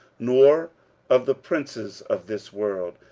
nor of the princes of this world,